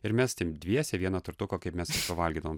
ir mes ten dviese vieną tortuko kaip mes valgydavom